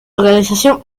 organización